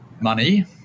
money